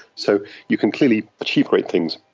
so you can clearly achieve great things,